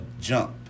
jump